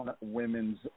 women's